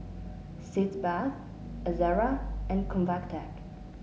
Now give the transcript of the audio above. Sitz Bath Ezerra and Convatec